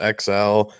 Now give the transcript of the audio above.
XL